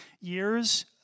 years